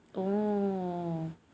oh